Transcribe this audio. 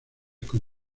con